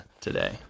today